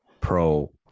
pro